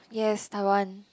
yes I want